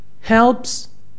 helps